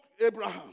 Abraham